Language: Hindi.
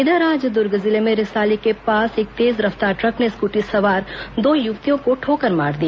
इधर आज दूर्ग जिले में रिसाली के पास एक तेज रफ्तार ट्रक ने स्कूटी सवार दो युवतियों को ठोकर मार दी